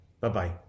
bye-bye